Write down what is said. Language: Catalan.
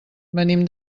venim